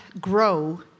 grow